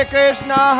Krishna